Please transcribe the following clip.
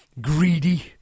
greedy